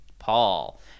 Paul